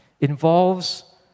involves